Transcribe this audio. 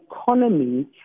economy